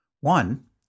One